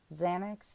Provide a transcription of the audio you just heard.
Xanax